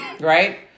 Right